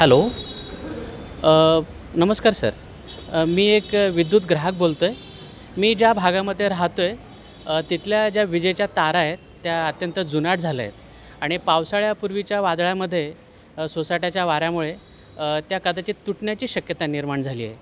hello नमस्कार sir मी एक विद्युत ग्राहक बोलतो आहे मी ज्या भागामध्ये राहतो आहे तिथल्या ज्या विजेच्या तारा आहेत त्या अत्यंत जुनाट झालं आहेत आणि पावसाळ्यापूर्वीच्या वादळामध्ये सोसायट्याच्या वाऱ्यामुळे त्या कदाचित तुटण्याची शक्यता निर्माण झाली आहे